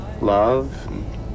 Love